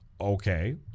Okay